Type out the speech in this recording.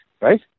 right